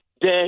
day